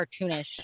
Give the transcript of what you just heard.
cartoonish